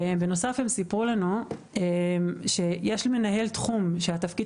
הם גם סיפרו לנו שיש מנהל תחום שהתפקיד